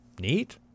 Neat